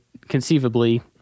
conceivably